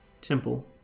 temple